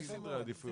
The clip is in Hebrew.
יש סדרי עדיפויות.